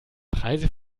preise